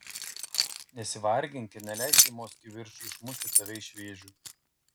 nesivargink ir neleisk šeimos kivirčui išmušti tave iš vėžių